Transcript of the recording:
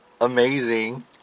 amazing